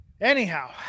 anyhow